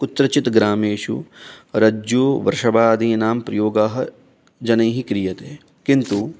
कुत्रचित् ग्रामेषु रज्जुवृषभादीनां प्रयोगाः जनैः क्रियते किन्तु